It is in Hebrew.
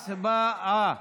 הצבעה.